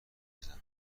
بزنه